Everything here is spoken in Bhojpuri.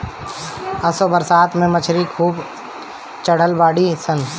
असो बरसात में मछरी खूब चढ़ल बाड़ी सन